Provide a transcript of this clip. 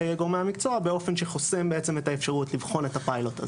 גורמי המקצוע באופן שחוסר בעצם את האפשרות לבחון את הפיילוט הזה.